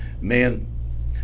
Man